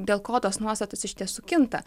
dėl ko tos nuostatos iš tiesų kinta